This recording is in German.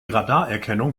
radarerkennung